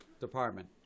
department